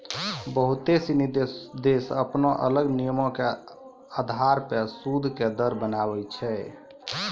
बहुते सिनी देश अपनो अलग नियमो के अधार पे सूद के दर बनाबै छै